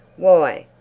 why,